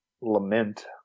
lament